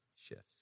shifts